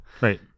Right